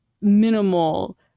minimal